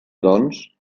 doncs